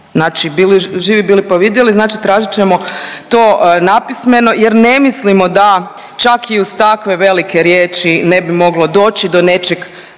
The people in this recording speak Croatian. bili, živi bili pa vidjeli. Znači tražit ćemo to napismeno jer ne mislimo da čak i uz takve velike riječi ne bi moglo doći do nečeg